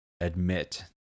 admit